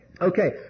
okay